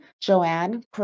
Joanne